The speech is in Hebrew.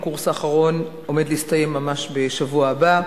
והקורס האחרון עומד להסתיים ממש בשבוע הבא.